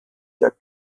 der